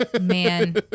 Man